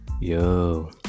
Yo